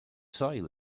soil